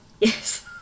Yes